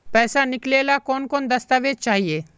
पैसा निकले ला कौन कौन दस्तावेज चाहिए?